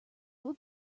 would